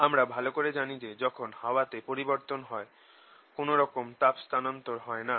আমরা ভালো করে জানি যে যখন হাওয়াতে পরিবর্তন হয় কোন রকম তাপ স্থানান্তর হয় না